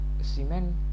cement